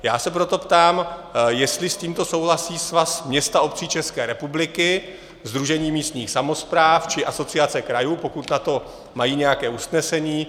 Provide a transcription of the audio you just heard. Já se proto ptám, jestli s tímto souhlasí Svaz měst a obcí České republiky, Sdružení místních samospráv či Asociace krajů, pokud na to mají nějaké usnesení.